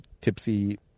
tipsy